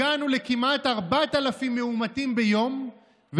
הגענו כמעט ל-4,000 מאומתים ביום,